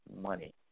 money